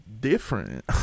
different